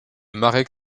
marek